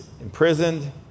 imprisoned